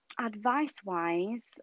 Advice-wise